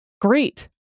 great